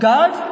God